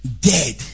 dead